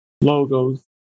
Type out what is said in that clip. logos